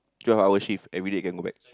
twelve hour shift everyday can go back